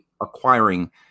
acquiring